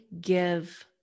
give